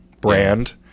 Brand